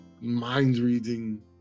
mind-reading